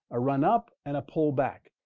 a run up and a pullback,